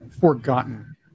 forgotten